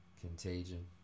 Contagion